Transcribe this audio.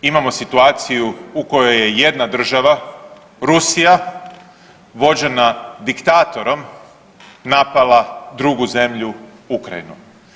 Imamo situaciju u kojoj je jedna država, Rusija, vođena diktatorom napala drugu zemlju, Ukrajinu.